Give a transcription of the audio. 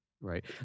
Right